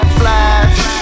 flash